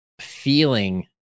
feeling